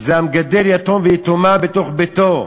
זה המגדל יתום ויתומה בתוך ביתו,